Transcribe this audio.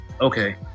okay